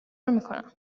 میکنم